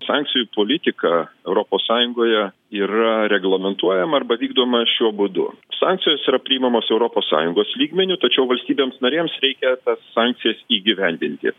sankcijų politika europos sąjungoje yra reglamentuojama arba vykdoma šiuo būdu sankcijos yra priimamos europos sąjungos lygmeniu tačiau valstybėms narėms reikia tas sankcijas įgyvendinti